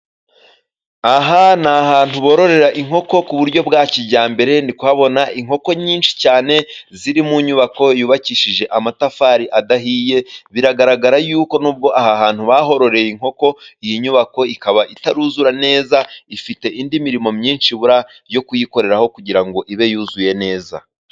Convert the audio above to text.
Aha ni ahantu bororera inkoko ku buryo bwa kijyambere, ndikuhabona inkoko nyinshi cyane ziri mu nyubako, yubakishije amatafari adahiye biragaragara yuko nubwo aha hantu bahororeye inkoko, iyi nyubako ikaba itaruzura neza ifite indi mirimo myinshi, ibura yo kuyikoreraho kugira ngo ibe yuzuye neza.